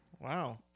Wow